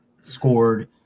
scored